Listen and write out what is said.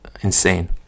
insane